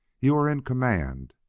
you are in command.